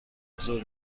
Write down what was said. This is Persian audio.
زور